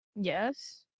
Yes